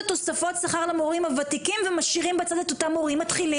תוספות השכר למורים הוותיקים ומשאירים בצד את אותם מורים מתחילים?